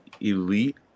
elite